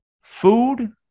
food